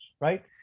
right